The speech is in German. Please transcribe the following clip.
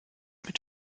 mit